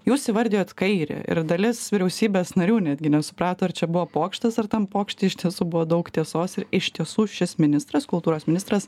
jūs įvardijot kairį ir dalis vyriausybės narių netgi nesuprato ar čia buvo pokštas ar tam pokšte iš tiesų buvo daug tiesos ir iš tiesų šis ministras kultūros ministras